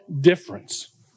difference